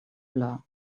blur